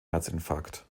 herzinfarkt